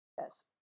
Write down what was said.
Yes